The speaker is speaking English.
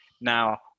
Now